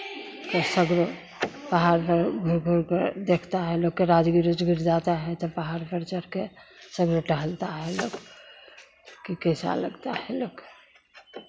तो सागरों पहाड़ पर घुर घुर कर देखता है लोग के राजगीर उजगीर जाता है तो पहाड़ पर चढ़ के सगरों टहलता है लोग कि कैसा लगता है लोग के